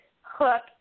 Hook